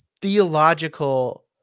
theological